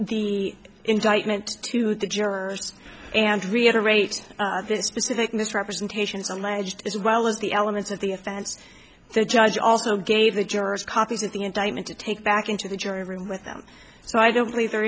the indictment to the jurors and reiterate this specific misrepresentations alleged as well as the elements of the offense the judge also gave the jurors copies of the indictment to take back into the jury room with them so i don't believe there